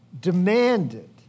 demanded